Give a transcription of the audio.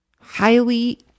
highly